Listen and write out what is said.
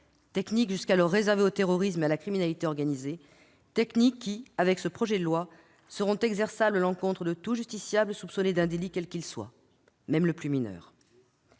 techniques, jusqu'alors réservées au terrorisme et à la criminalité organisée, seront exerçables à l'encontre de tout justiciable soupçonné d'un délit quel qu'il soit, même le plus mineur.